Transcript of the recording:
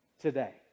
today